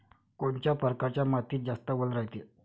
कोनच्या परकारच्या मातीत जास्त वल रायते?